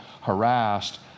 harassed